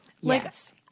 Yes